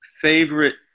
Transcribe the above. favorite